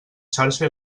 xarxa